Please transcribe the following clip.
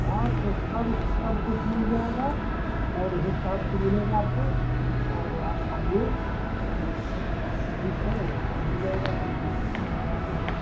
हाँ स सब कुछ सब कुछ मिल जाएगा और हिसाब से मिलेगा आपको और आप आइए ठीक है मिल जाएगा कोई दिक़्क़त नहीं होगी